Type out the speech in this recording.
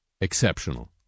exceptional